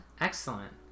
Excellent